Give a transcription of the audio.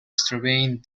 strabane